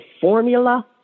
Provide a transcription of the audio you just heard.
formula